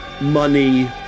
money